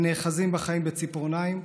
הנאחזים בחיים בציפורניים,